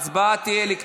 תצביע.